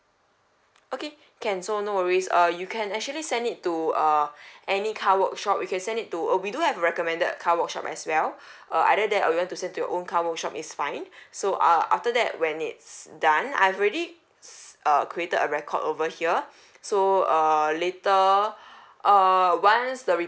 okay can so no worries uh you can actually send it to uh any car workshop you can send it to uh we do have recommended car workshop as well uh either that or you want to say to your own car workshop is fine so uh after that when it's done I've already created a record over here so uh later err once the report